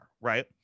right